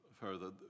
further